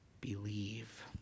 Believe